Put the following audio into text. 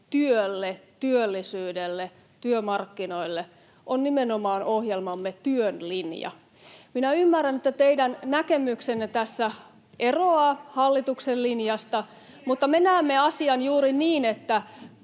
työlle, työllisyydelle, työmarkkinoille, on nimenomaan ohjelmamme työn linja. [Välihuutoja sosiaalidemokraattien ryhmästä] Minä ymmärrän, että teidän näkemyksenne tässä eroaa hallituksen linjasta, mutta me näemme asian juuri niin, että